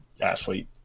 athlete